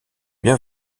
bien